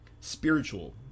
spiritual